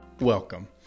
Welcome